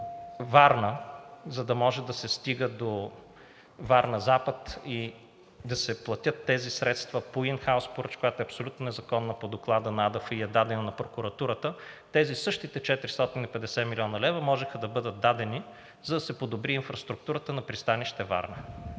Варна, за да може да се стига до Варна Запад и да се платят тези средства по ин хаус поръчка, която е абсолютно незаконна по доклада на АДФИ и е дадена на прокуратурата, тези същите 450 млн. лв. можеха да бъдат дадени, за да се подобри инфраструктурата на пристанище Варна.